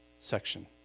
section